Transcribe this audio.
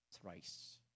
thrice